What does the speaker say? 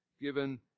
given